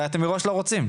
הרי אתם מראש לא רוצים.